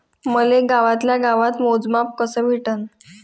मले गावातल्या गावात मोजमाप कस भेटन?